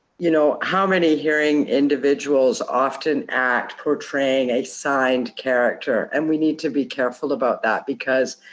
you know, how many hearing individuals often act portraying a signed character? and we need to be careful about that. because,